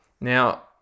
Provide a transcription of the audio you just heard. Now